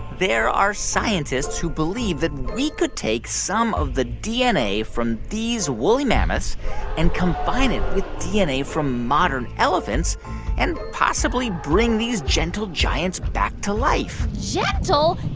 there are scientists who believe that we could take some of the dna from these woolly mammoths and combine it dna from modern elephants and possibly bring these gentle giants back to life gentle?